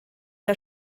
der